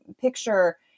picture